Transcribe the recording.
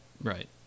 right